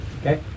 Okay